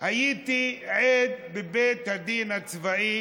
הייתי עד בבית הדין הצבאי